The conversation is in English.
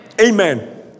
Amen